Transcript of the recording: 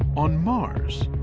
on mars,